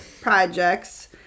projects